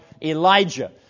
Elijah